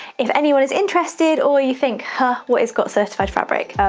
if anyone is interested or you think, what is gots certified fabric?